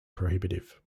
prohibitive